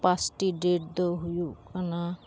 ᱯᱟᱪᱴᱤ ᱰᱮᱴᱫᱚ ᱦᱩᱭᱩᱜ ᱠᱟᱱᱟ